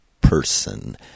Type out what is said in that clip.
person